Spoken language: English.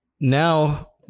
now